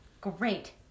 Great